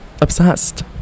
Obsessed